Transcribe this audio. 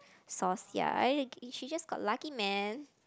source ya I she just got lucky man